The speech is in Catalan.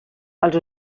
els